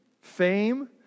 Fame